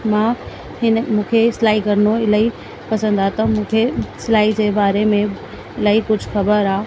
मां हिन मूंखे सिलाई करिणो इलाही पसंद आहे त मूंखे सिलाई जे बारे में इलाही कुझु ख़बर आहे